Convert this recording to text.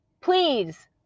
please